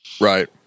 right